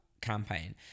campaign